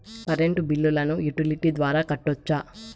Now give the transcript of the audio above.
Current బిల్లును utility ద్వారా కట్టొచ్చా?